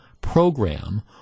program